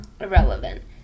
Irrelevant